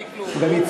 לא הבנתי כלום.